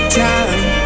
time